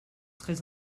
très